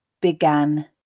began